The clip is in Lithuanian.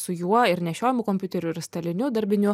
su juo ir nešiojamu kompiuteriu ir staliniu darbiniu